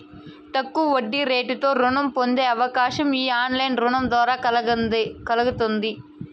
తక్కువ వడ్డీరేటుతో రుణం పొందే అవకాశం ఈ ఆన్లైన్ రుణం ద్వారా కల్గతాంది